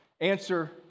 answer